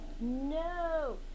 No